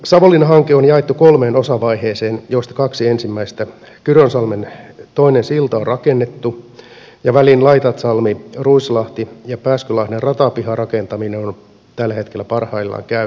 savonlinna hanke on jaettu kolmeen osavaiheeseen joista kyrönsalmen toinen silta on rakennettu ja välin laitaatsalmiruislahti ja pääskylahden ratapihan rakentaminen ovat tällä hetkellä parhaillaan käynnissä